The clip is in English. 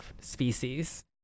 species